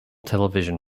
television